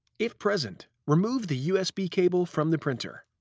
if present, remove the usb cable from the printer.